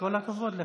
כל הכבוד לך.